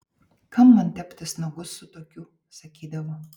kam man teptis nagus su tokiu sakydavo